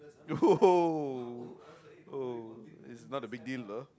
oh oh it's not a big deal ah